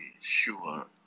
sure